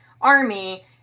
army